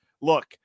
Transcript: Look